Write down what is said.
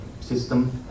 system